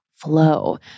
flow